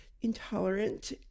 intolerant